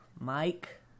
Mike